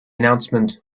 announcement